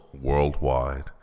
worldwide